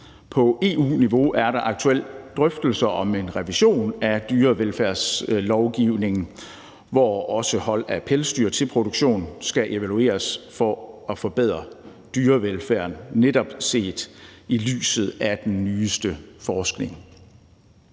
På EU-niveau er der aktuelt drøftelser om en revision af dyrevelfærdslovgivning, hvor også hold af pelsdyr til produktion skal evalueres for at forbedre dyrevelfærden, netop set i lyset af den nyeste forskning.